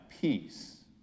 Peace